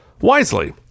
Wisely